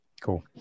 Cool